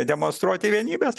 demonstruoti vienybės